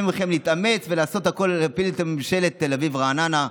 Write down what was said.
מכם להתאמץ ולעשות הכול כדי להפיל את ממשלת תל אביב-רעננה.